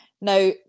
Now